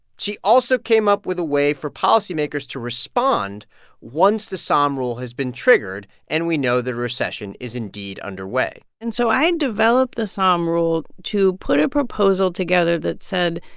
she also came up with a way for policymakers to respond once the sahm rule has been triggered and we know the recession is indeed, underway and so i developed the sahm rule to put a proposal together that said,